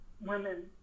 women